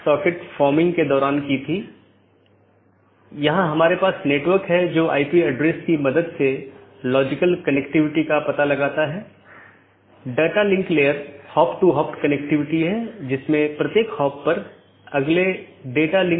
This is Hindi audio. एक स्टब AS केवल स्थानीय ट्रैफ़िक ले जा सकता है क्योंकि यह AS के लिए एक कनेक्शन है लेकिन उस पार कोई अन्य AS नहीं है